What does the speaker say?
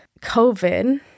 COVID